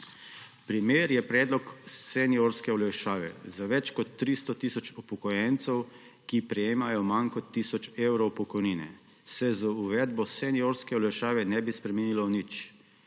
Primer je predlog seniorske olajšave. Za več kot 300 tisoč upokojencev, ki prejemajo manj kot tisoč evrov pokojnine, se z uvedbo seniorske olajšave ne bi spremenilo nič,